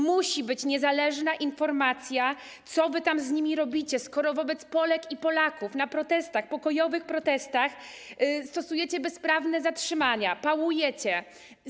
Musi być niezależna informacja, co wy tam z nimi robicie, skoro wobec Polek i Polaków na pokojowych protestach stosujecie bezprawne zatrzymania, pałujecie ich.